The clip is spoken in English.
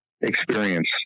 experience